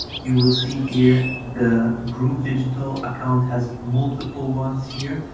you will see here, the groove digital account has multiple ones here,